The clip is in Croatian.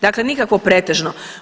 Dakle nikako pretežno.